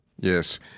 Yes